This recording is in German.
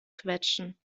quetschen